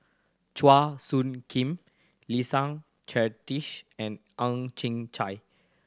Chua Soo Khim Leslie Charteris and Ang Chin Chai